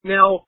Now